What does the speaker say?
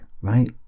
right